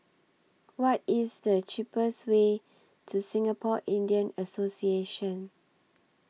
What IS The cheapest Way to Singapore Indian Association